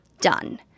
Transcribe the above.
done